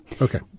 Okay